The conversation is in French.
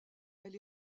elle